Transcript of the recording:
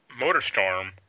Motorstorm